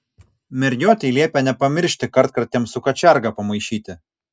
mergiotei liepia nepamiršti kartkartėm su kačiarga pamaišyti